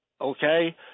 okay